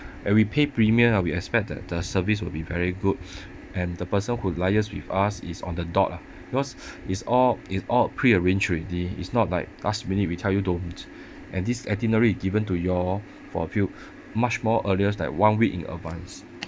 and we pay premium and we expect that the service will be very good and the person who liaise with us is on the dot lah because it's all it's all prearranged already it's not like last minute we tell you don't and this itinerary given to you all for a few much more earliest like one week in advance